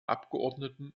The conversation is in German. abgeordneten